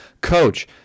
Coach